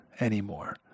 anymore